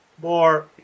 More